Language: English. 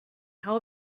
how